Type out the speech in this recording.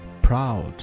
proud